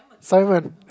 Simon